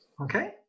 okay